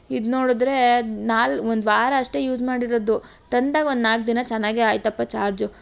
ಇದು ನೋಡಿದ್ರೆ ನಾಲ್ಕು ಒಂದು ವಾರ ಅಷ್ಟೇ ಯೂಸ್ ಮಾಡಿರೋದು ತಂದಾಗ ಒಂದು ನಾಲ್ಕು ದಿನ ಚೆನ್ನಾಗೆ ಆಯಿತಪ್ಪ ಚಾರ್ಜು